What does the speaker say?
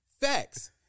Facts